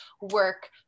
work